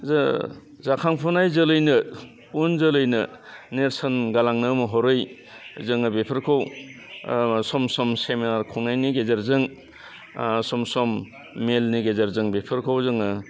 जो जाखांफुनाय जोलैनो उनजोलैनो नेर्सोन गालांनो महरै जोङो बेफोरखौ सम सम सेमिनार खुंनायनि गेजेरजों सम सम मेलनि गेजेरजों बेफोरखौ जोङो